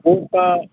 ओ तऽ